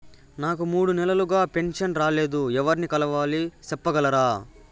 నాకు మూడు నెలలుగా పెన్షన్ రాలేదు ఎవర్ని కలవాలి సెప్పగలరా?